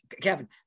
Kevin